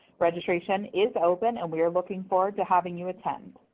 registration is open, and we are looking forward to having you attend.